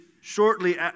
shortly